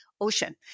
ocean